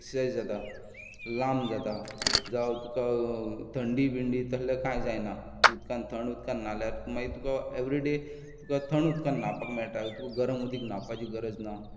exercise जाता लांब जाता जावं तुका थंडी बिंडी तसलें कांय जायना उदकांत थंड उदकांत न्हाल्यार मागीर तुका एवरी डे तुका थंड उदकांत न्हावपाक मेळटा तुका गरम उदीक न्हावपाची गरज ना